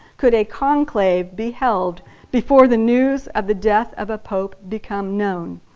could a conclave be held before the news of the death of a pope became known?